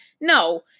No